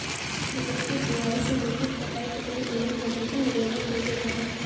फसल के बोआई से लेके कटाई तकले एमे फसल के निगरानी कईल जाला